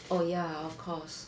oh ya of course